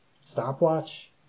stopwatch